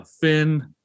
Finn